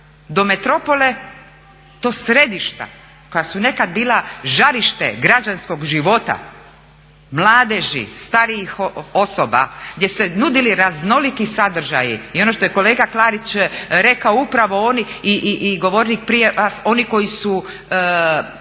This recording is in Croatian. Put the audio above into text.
do metropole to središta koja su nekad bila žarište građanskog života, mladeži, starijih osoba gdje su se nudili raznoliki sadržaji. I ono što je kolega Klarić rekao, upravo oni i govornik prije vas, oni koji su